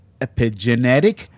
epigenetic